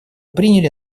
приняли